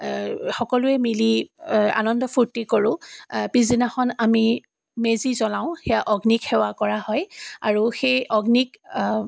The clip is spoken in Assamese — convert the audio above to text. সকলোৱে মিলি আনন্দ ফূৰ্তি কৰোঁ পিছদিনাখন আমি মেজি জ্বলাওঁ সেয়া অগ্নিক সেৱা কৰা হয় আৰু সেই অগ্নিক